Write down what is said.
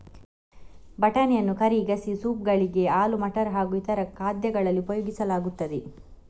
ಬಟಾಣಿಯನ್ನು ಕರಿ, ಗಸಿ, ಸೂಪ್ ಗಳಿಗೆ, ಆಲೂ ಮಟರ್ ಹಾಗೂ ಇತರ ಖಾದ್ಯಗಳಲ್ಲಿ ಉಪಯೋಗಿಸಲಾಗುತ್ತದೆ